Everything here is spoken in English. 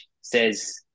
says